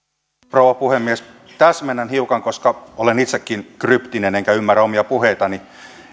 rouva puhemies täsmennän hiukan koska olen itsekin kryptinen enkä ymmärrä omia puheitani